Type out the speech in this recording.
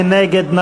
מי נגד?